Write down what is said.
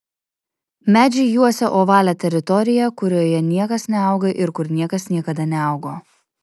medžiai juosia ovalią teritoriją kurioje niekas neauga ir kur niekas niekada neaugo